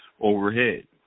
overhead